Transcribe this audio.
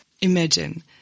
Imagine